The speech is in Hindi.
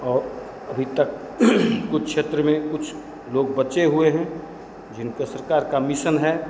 और अभी तक कुछ क्षेत्र में कुछ लोग बचे हुए हैं जिनके सरकार का मिसन है